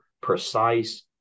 precise